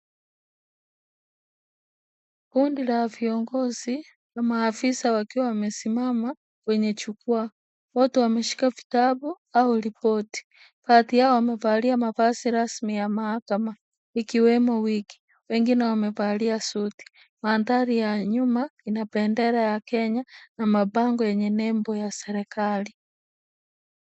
Kundi la viongozi na maafisa wakiwa wamesimama kwenye jukwaa. Wote wameshika vitabu au ripoti. Baadhi yao wamevalia mavazi rasmi ya mahakama ikiwemo wigi . Wengine wamevalia suti. Mandhari ya nyuma ina bendera ya Kenya na mabango yenye nembo ya serikali.